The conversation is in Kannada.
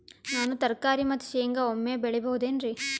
ನಾನು ತರಕಾರಿ ಮತ್ತು ಶೇಂಗಾ ಒಮ್ಮೆ ಬೆಳಿ ಬಹುದೆನರಿ?